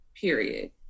period